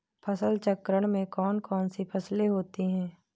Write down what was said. फसल चक्रण में कौन कौन सी फसलें होती हैं?